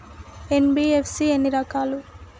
NBFC ఎన్ని రకాలు?